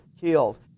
killed